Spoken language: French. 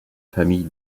famille